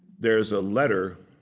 there's a letter